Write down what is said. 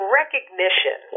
recognition